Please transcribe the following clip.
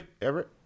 Everett